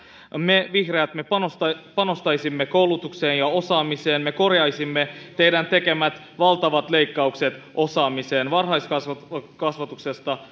me vihreät panostaisimme panostaisimme koulutukseen ja osaamiseen me korjaisimme teidän tekemänne valtavat leikkaukset osaamiseen varhaiskasvatuksesta